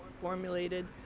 formulated